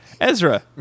Ezra